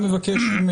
בבקשה.